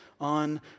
on